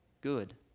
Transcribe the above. good